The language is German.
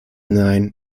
nein